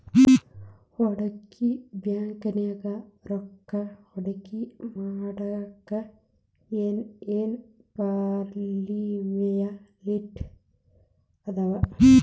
ಹೂಡ್ಕಿ ಬ್ಯಾಂಕ್ನ್ಯಾಗ್ ರೊಕ್ಕಾ ಹೂಡ್ಕಿಮಾಡ್ಲಿಕ್ಕೆ ಏನ್ ಏನ್ ಫಾರ್ಮ್ಯಲಿಟಿ ಅದಾವ?